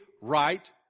right